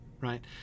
right